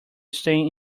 staying